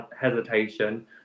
hesitation